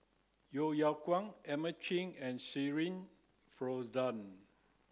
Yeo Yeow Kwang Edmund Cheng and Shirin Fozdar